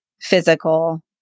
physical